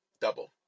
double